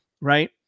right